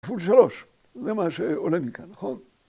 כפול שלוש, זה מה שעולה מכאן, נכון?